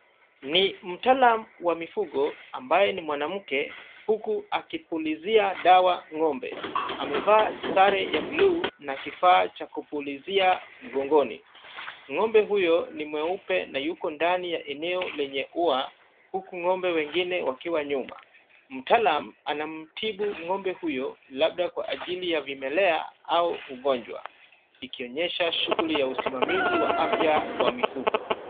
Ni mtaalamu wa mifugo ambaye ni mwanamke, huku akipilizia dawa ng'ombe, amevaa sare ya bluu na kifaa cha kupulizia mgongoni, ng'ombe huyo ni mweupe na yuko ndani ya eneo lenye lenye ua, likiwa na wengine wakiwa nyuma, mtaalam anamtibu ng'ombe huyo kwa ajili ya vimelea au ugonjwa, ikionyesha shughuli za afya ya mifugo.